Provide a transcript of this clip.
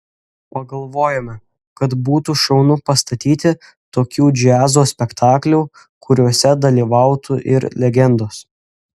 pagalvojome kad būtų šaunu pastatyti tokių džiazo spektaklių kuriuose dalyvautų ir legendos